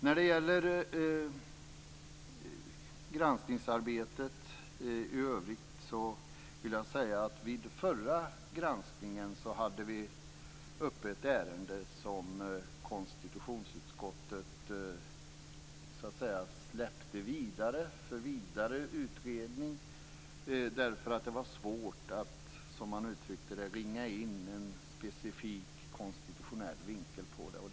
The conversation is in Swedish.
När det gäller granskningsarbetet i övrigt vill jag säga att vi vid förra granskningen hade uppe ett ärende som konstitutionsutskottet så att säga släppte vidare för vidare utredning därför att det var svårt, som man uttryckte det, att ringa in en specifikt konstitutionell vinkel på det.